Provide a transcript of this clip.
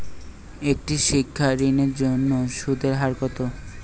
একটি শিক্ষা ঋণের জন্য সুদের হার কত?